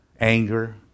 anger